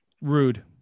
Rude